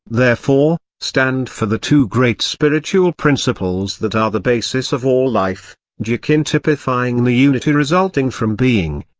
therefore, stand for the two great spiritual principles that are the basis of all life jachin typifying the unity resulting from being,